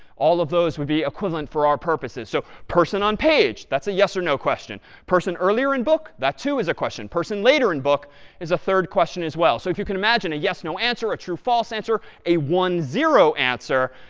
all of those would be equivalent for our purposes. so person on page. that's a yes or no question. person earlier in book? that too is a question. person later in book is a third question as well. so if you can imagine a yes-no answer, a true-false answer, a one-zero answer,